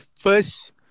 first